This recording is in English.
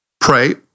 Pray